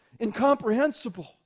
incomprehensible